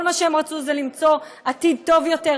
שכל מה שהם רצו זה למצוא עתיד טוב יותר.